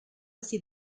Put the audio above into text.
así